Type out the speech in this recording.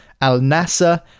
Al-Nasser